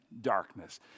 darkness